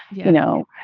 you know,